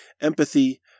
empathy